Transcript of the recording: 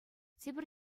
тепӗр